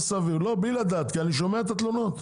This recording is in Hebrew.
בלי לראות כי אני שומע את התלונות.